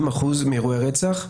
70% מאירועי הרצח,